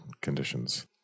conditions